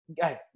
guys